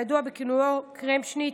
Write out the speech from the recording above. הידוע בכינויו "קרמשניט",